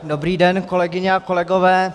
Dobrý den, kolegyně a kolegové.